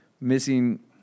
missing